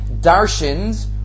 Darshins